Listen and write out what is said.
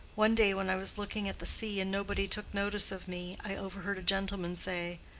one day, when i was looking at the sea and nobody took notice of me, i overheard a gentleman say,